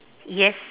yes